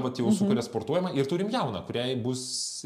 vat jau su kuria sportuojama ir turim jauną kuriai bus